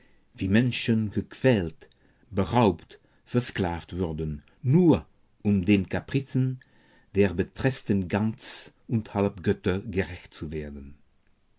wie menschen gequält beraubt versklavt wurden nur um den capricen der betreßten ganz und halbgötter gerecht zu werden